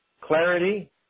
clarity